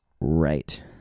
right